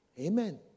Amen